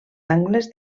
angles